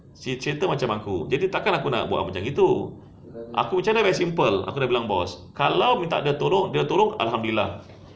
ce~ cerita pun macam aku jadi takkan aku nak buat macam gitu aku punya simple aku dah bilang boss kalau minta dia tolong dia tolong alhamdulillah